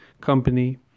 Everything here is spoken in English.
company